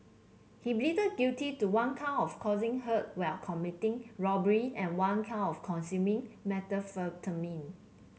he pleaded guilty to one count of causing hurt while committing robbery and one count of consuming methamphetamine